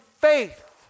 faith